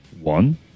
One